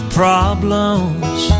problems